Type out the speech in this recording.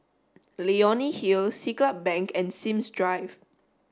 Leonie Hill Siglap Bank and Sims Drive